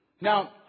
Now